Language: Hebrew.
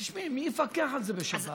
תשמעי, מי יפקח על זה בשבת?